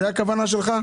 זאת הכוונה שלך?